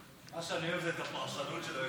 מה שאני אוהב זה את הפרשנות של היושב-ראש.